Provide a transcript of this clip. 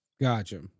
gotcha